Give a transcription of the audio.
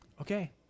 okay